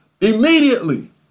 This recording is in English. immediately